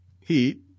heat